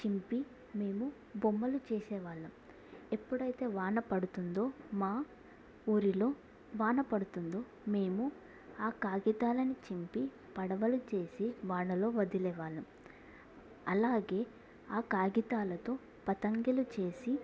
చింపి మేము బొమ్మలు చేసేవాళ్ళం ఎప్పుడైతే వాన పడుతుందో మా ఊరిలో వాన పడుతుందో మేము ఆ కాగితాలను చింపి పడవలు చేసి వానలో వదిలేవాళ్ళం అలాగే ఆ కాగితాలతో పతంగలు చేసి